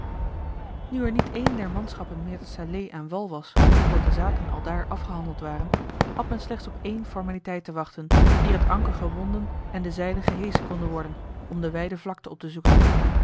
er niet een der manschappen meer te salé aan wal was omdat de zaken aldaar afgehandeld waren had men slechts op één formaliteit te wachten eer het anker gewonden en de zeilen geheschen konden worden om de wijde vlakte op te zoeken